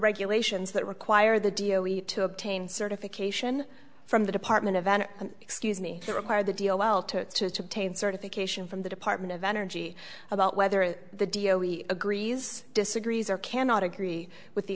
regulations that require the d o b to obtain certification from the department of and excuse me they require the deal well to obtain certification from the department of energy about whether the dio he agrees disagrees or cannot agree with the